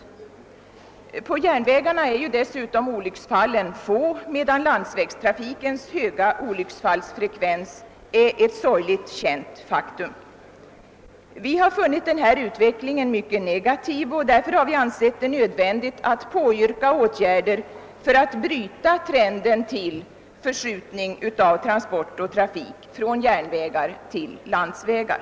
På järnvägarna är dessutom olycksfallen få medan landsvägstrafikens höga olycksfallsfrekvens är ett känt och sorgligt faktum. Vi har funnit denna utveckling mycket negativ och har därför ansett det nödvändigt att påyrka åtgärder för att bryta trenden mot en förskjutning av transporter och trafik från järnvägar till landsvägar.